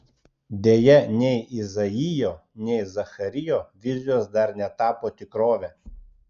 deja nei izaijo nei zacharijo vizijos dar netapo tikrove